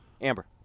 Amber